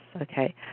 okay